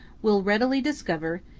will readily discover,